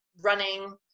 running